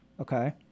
Okay